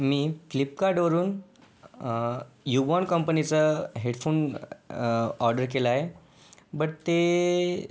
मी फ्लिपकार्टवरून युवौन कंपनीचा हेडफोन ऑर्डर केलाय बट ते